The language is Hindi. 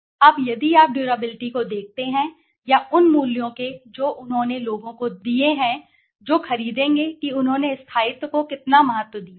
अब यदि आप डुराबिलिटी को देखते हैं या उन मूल्यों के जो उन्होंने लोगों को दिए हैं जो खरीदेंगे कि उन्होंने स्थायित्व को कितना महत्व दिया है